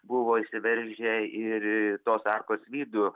buvo įsiveržę ir į tos arkos vidų